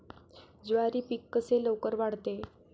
ज्वारी पीक कसे लवकर वाढते?